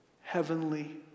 heavenly